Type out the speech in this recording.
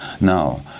Now